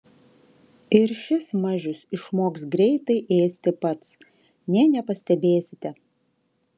ir šis mažius išmoks greitai ėsti pats nė nepastebėsite